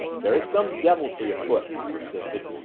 there is some deviltry afoot, he persisted.